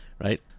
right